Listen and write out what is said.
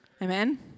Amen